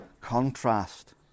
contrast